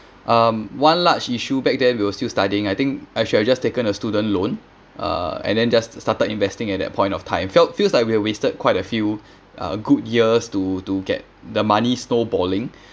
um one large issue back then we were still studying I think I should have just taken a student loan uh and then just started investing at that point of time felt feels like we're wasted quite a few uh good years to to get the money snowballing